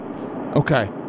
Okay